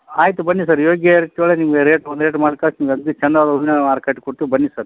ಆಯಿತು ಬನ್ನಿ ಸರ್ ಇವಾಗೆ ಅಷ್ಟ್ರ ಒಳಗೆ ನಿಮಗೆ ರೇಟ್ ಒಂದು ರೇಟ್ ಮಾಡಿ ಕಳಿಸೀನಿ ಅಗದಿ ಚೆಂದಾಗಿ ಹೂನ ಮಾರು ಕಟ್ಟಿ ಕೊಡ್ತೀವಿ ಬನ್ನಿ ಸರ್